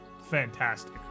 fantastic